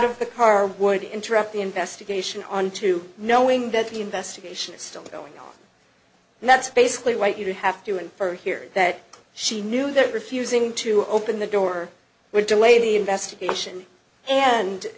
of the car would interrupt the investigation on to knowing that the investigation is still going on and that's basically what you have to infer here that she knew that refusing to open the door would delay the investigation and